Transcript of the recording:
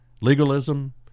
legalism